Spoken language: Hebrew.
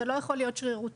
זה לא יכול להיות שרירותי.